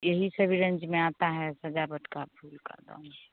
यही सभी रेंज में आता है सजावट के फूल के दाम